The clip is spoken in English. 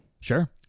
Sure